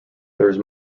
there’s